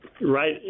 Right